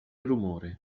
rumore